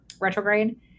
retrograde